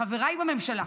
לחבריי בממשלה: